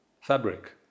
fabric